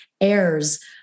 heirs